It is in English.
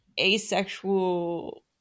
asexual